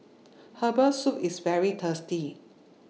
Herbal Soup IS very tasty